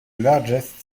largest